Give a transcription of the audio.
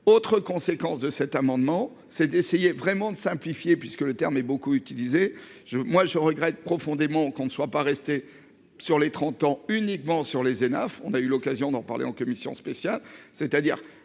Autre conséquence de cet amendement. Essayé vraiment de simplifier puisque le terme est beaucoup utilisé je moi je regrette profondément qu'on ne soit pas restée sur les 30 ans uniquement sur les Hénaff. On a eu l'occasion d'en parler en commission spéciale, c'est-à-dire